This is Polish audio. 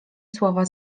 słowa